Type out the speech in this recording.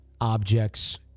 objects